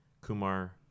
Kumar